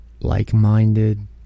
like-minded